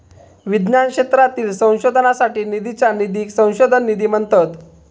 विज्ञान क्षेत्रातील संशोधनासाठी निधीच्या निधीक संशोधन निधी म्हणतत